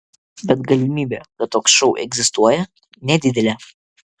bet galimybė kad toks šuo egzistuoja nedidelė